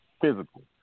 physical